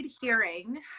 hearing